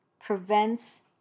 prevents